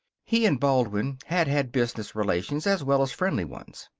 he and baldwin had had business relations as well as friendly ones.